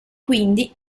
quindi